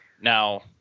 now